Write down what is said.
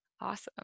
awesome